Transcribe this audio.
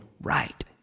right